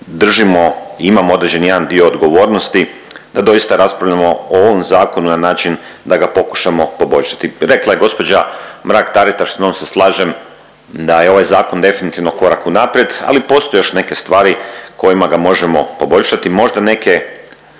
držimo i imamo određeni jedan dio odgovornosti, da doista raspravljamo o ovom zakonu na način da ga pokušamo poboljšati. Rekla je gospođa Mrak Taritaš, s njom se slažem da je ovaj zakon definitivno korak unaprijed ali postoje još neke stvari kojima ga možemo poboljšati, možda neke,